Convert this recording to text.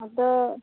ᱟᱫᱚ